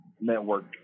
network